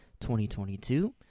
2022